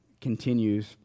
continues